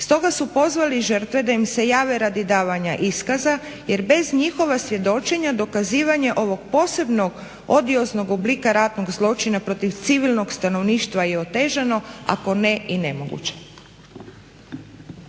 Stoga su pozvali žrtve da im se jave radi davanja iskaza, jer bez njihova svjedočenja dokazivanje ovog posebnog …/Govornica se ne razumije./… oblika ratnog zločina protiv civilnog stanovništva je otežano ako ne i nemoguće.